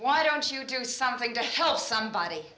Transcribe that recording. why don't you do something to help somebody